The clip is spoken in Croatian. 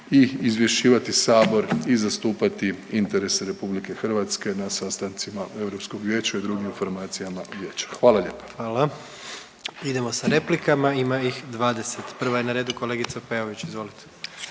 i izvješćivati Sabor i zastupati interese Republike Hrvatske na sastancima Europskog vijeća i drugim informacijama Vijeća. Hvala lijepa. **Jandroković, Gordan (HDZ)** Hvala. Idemo sa replikama. Ima ih 20. Prva je na redu kolegica Peović. Izvolite.